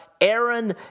Aaron